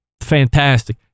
fantastic